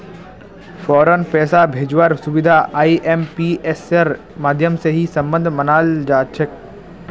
फौरन पैसा भेजवार सुबिधा आईएमपीएसेर माध्यम से ही सम्भब मनाल जातोक